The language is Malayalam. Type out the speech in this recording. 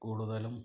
കൂടുതലും